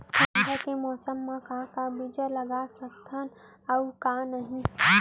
ठंडा के मौसम मा का का बीज लगा सकत हन अऊ का नही?